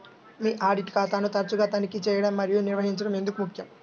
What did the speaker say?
మీ audit ఖాతాను తరచుగా తనిఖీ చేయడం మరియు నిర్వహించడం ఎందుకు ముఖ్యం?